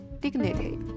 dignity